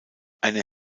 eine